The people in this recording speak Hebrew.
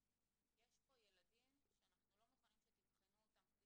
יש פה ילדים שאנחנו לא מוכנים שתבחנו אותם כפי